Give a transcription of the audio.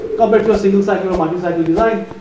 compare to a single cycle or multi cycle design.